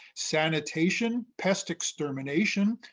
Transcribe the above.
sanitation, pest extermination,